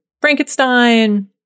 Frankenstein